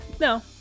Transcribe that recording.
No